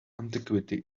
antiquity